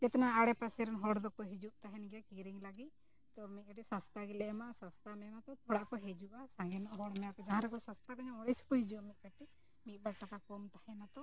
ᱟᱲᱮ ᱯᱟᱥᱮᱨᱮᱱ ᱦᱚᱲ ᱫᱚᱠᱚ ᱦᱤᱡᱩᱜ ᱛᱟᱦᱮᱱᱼᱜᱮ ᱠᱤᱨᱤᱧ ᱞᱟᱹᱜᱤᱫ ᱛᱚ ᱢᱤᱫ ᱥᱟᱥᱛᱟ ᱜᱮᱞᱮ ᱮᱢᱟ ᱥᱚᱥᱛᱟ ᱮᱢᱟᱛᱚ ᱛᱷᱚᱲᱟ ᱠᱚ ᱦᱤᱡᱩᱜᱼᱟ ᱥᱟᱸᱜᱮ ᱧᱚᱜ ᱦᱚᱲ ᱢᱮᱱᱟᱠᱚ ᱡᱟᱦᱟᱸ ᱨᱮᱜᱮ ᱥᱟᱥᱛᱟᱛᱮ ᱧᱟᱢᱚᱜᱼᱟ ᱚᱸᱰᱮ ᱜᱮᱥᱮ ᱠᱚ ᱦᱤᱡᱩᱜᱼᱟ ᱢᱤᱫ ᱠᱟᱹᱴᱤᱡ ᱢᱤᱫ ᱵᱟᱨ ᱴᱟᱠᱟ ᱠᱚᱢ ᱛᱟᱦᱮᱱᱟ ᱛᱚ